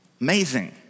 amazing